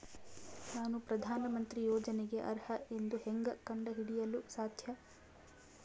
ನಾನು ಪ್ರಧಾನ ಮಂತ್ರಿ ಯೋಜನೆಗೆ ಅರ್ಹ ಎಂದು ಹೆಂಗ್ ಕಂಡ ಹಿಡಿಯಲು ಸಾಧ್ಯ?